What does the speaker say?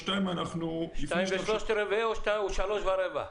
בשניים ושלושת רבעי או בשלוש ורבע?